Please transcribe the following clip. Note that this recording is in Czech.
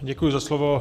Děkuji za slovo.